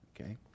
Okay